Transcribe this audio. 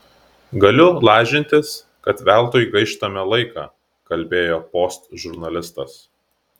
galiu lažintis kad veltui gaištame laiką kalbėjo post žurnalistas